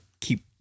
keep